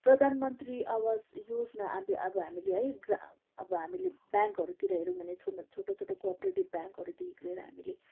प्रधान मन्त्री आवास योजना अब हामीले है अब हामीले ब्याङ्कहरूतिर हेऱ्यौँ भने छोटो छोटो कोअपरेटिप ब्याङकहरूदेखिको लिएर हामीले